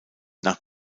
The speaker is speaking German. nach